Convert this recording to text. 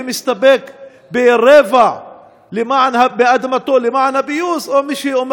מי שהסתפק ברבע באדמתו למען הפיוס או מי שאומר